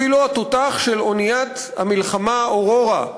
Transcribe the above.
אפילו התותח של אוניית המלחמה "אברורה",